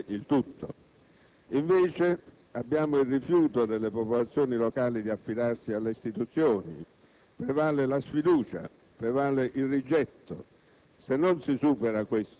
è soprattutto una devastante crisi di credibilità della politica e delle istituzioni, che rischia addirittura di non potersi limitare al livello locale.